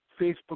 Facebook